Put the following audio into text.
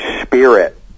spirit